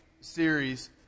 series